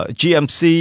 gmc